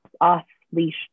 off-leash